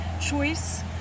choice